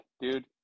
dude